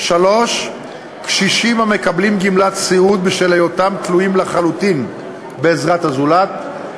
3. קשישים המקבלים גמלת סיעוד בשל היותם תלויים לחלוטין בעזרת הזולת,